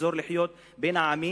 נחזור לחיות בין העמים?